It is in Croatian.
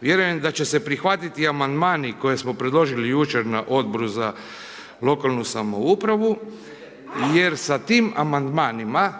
Vjerujem da će se prihvatiti Amandmani koje smo predložili jučer na Odboru za lokalnu samoupravu jer sa tim Amandmanima